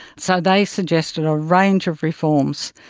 so they suggested a range of reforms,